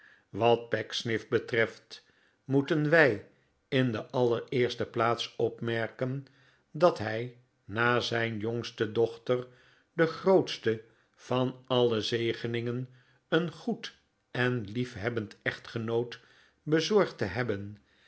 wat pecksniff betreft mo eten wij in de allereerste plaats opmerken dat hij na zijn jongste dochter de grootste van alle zegeningen een goed en liefhebbend echtgenoot bezorgd te hebben